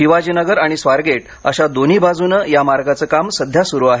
शिवाजीनगर आणि स्वारगेट आशा दोन्ही बाजूने या मार्गाचं काम सध्या सुरु आहे